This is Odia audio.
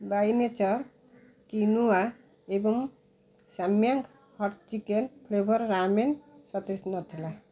ବାଇ ନେଚର୍ କ୍ୱିନୋଆ ଏବଂ Samyang hot chicken flavour ramen ସତେଜ ନଥିଲା